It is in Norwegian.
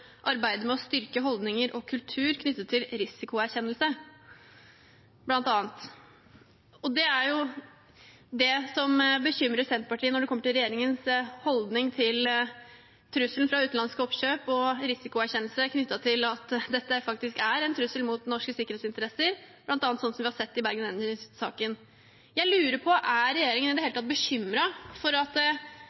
med å styrke sine egne og organisasjonenes grunnleggende holdninger og kultur knyttet til risikoerkjennelse […]» Det er det som bekymrer Senterpartiet: regjeringens holdning til trusselen fra utenlandske oppkjøp, og risikoerkjennelsen knyttet til at dette faktisk er en trussel mot norske sikkerhetsinteresser, slik vi bl.a. har sett i Bergen Engines-saken. Jeg lurer på: Er regjeringen i det hele tatt bekymret for at